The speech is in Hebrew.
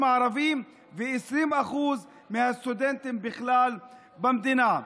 הערבים ו-20% מהסטודנטים בכלל במדינה.